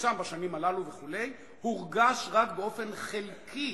שנרשם בשנים הללו וכו', הורגש רק באופן חלקי